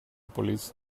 police